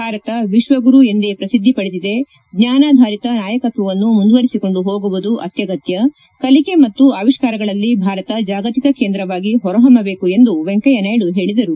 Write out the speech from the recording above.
ಭಾರತ ವಿಶ್ವಗುರು ಎಂದೇ ಪ್ರಸಿದ್ದಿ ಪಡೆದಿದೆ ಜ್ಞಾನಾಧಾರಿತ ನಾಯಕತ್ವವನ್ನು ಮುಂದುವರಿಸಿಕೊಂಡು ಹೋಗುವುದು ಅತ್ಯಗತ್ಯ ಕಲಿಕೆ ಮತ್ತು ಆವಿಷ್ಕಾರಗಳಲ್ಲಿ ಭಾರತ ಜಾಗತಿಕ ಕೇಂದ್ರವಾಗಿ ಹೊರಹೊಮ್ಮಬೇಕು ಎಂದು ವೆಂಕಯ್ಯ ನಾಯ್ಡು ಹೇಳಿದರು